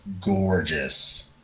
gorgeous